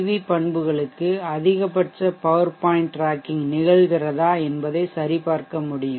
we பண்புகளுக்கு அதிகபட்ச power point tracking நிகழ்கிறதா என்பதை சரிபார்க்க முடியும்